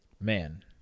man